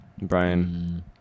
Brian